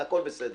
והכול בסדר.